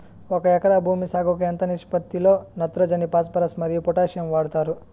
ఒక ఎకరా భూమి సాగుకు ఎంత నిష్పత్తి లో నత్రజని ఫాస్పరస్ మరియు పొటాషియం వాడుతారు